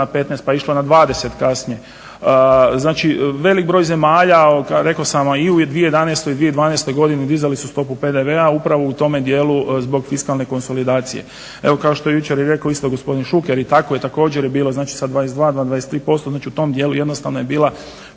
15 pa je išla na 20 kasnije. Znači velik broj zemalja rekao sam i u 2011. i u 2012. dizali su stopu PDV-a upravo u tome dijelu zbog fiskalne konsolidacije. Evo kao što je jučer i rekao isto gospodin Šuker i tako je također je bilo znači sa 22 na 23%, znači u tom dijelu jednostavno je bila